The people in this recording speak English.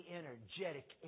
energetic